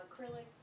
Acrylic